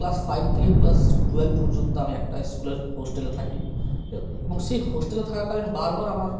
class five দিয়ে class twelve পর্যন্ত আমি একটা স্কুলের হোস্টেলে থাকি এবং সেই হোস্টেলে থাকাকালীন বারবার আমার